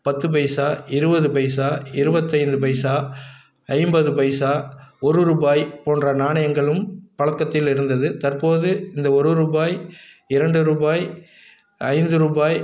பத்து பைசா இருபது பைசா இருபத்தைந்து பைசா ஐம்பது பைசா ஒரு ருபாய் போன்ற நாணயங்களும் பழக்கத்தில் இருந்தது தற்போது இந்த ஒரு ருபாய் இரண்டு ருபாய் ஐந்து ருபாய்